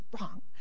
wrong